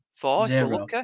Zero